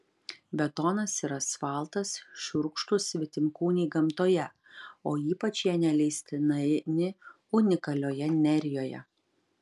betonas ir asfaltas šiurkštūs svetimkūniai gamtoje o ypač jie neleistini unikalioje nerijoje